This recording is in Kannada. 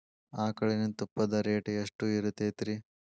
ಆಕಳಿನ ತುಪ್ಪದ ರೇಟ್ ಎಷ್ಟು ಇರತೇತಿ ರಿ?